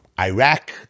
Iraq